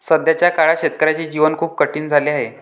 सध्याच्या काळात शेतकऱ्याचे जीवन खूप कठीण झाले आहे